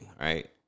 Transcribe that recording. Right